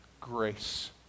grace